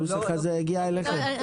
הנוסח הזה הגיע אליכם.